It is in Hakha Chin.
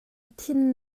thin